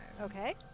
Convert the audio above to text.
Okay